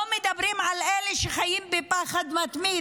לא מדברים על אלה שחיים בפחד מתמיד,